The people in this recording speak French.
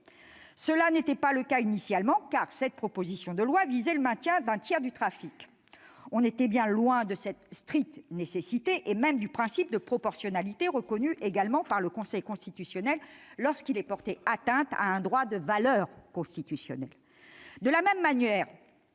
Tel n'était pas le cas dans le texte initial de cette proposition de loi, qui prévoyait le maintien d'un tiers du trafic. On était bien loin de cette « stricte nécessité », et même du principe de proportionnalité, également reconnu par le Conseil constitutionnel lorsqu'il est porté atteinte à un droit de valeur constitutionnelle.